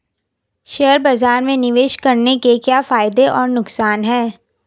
Share बाज़ार में निवेश करने के क्या फायदे और नुकसान हैं?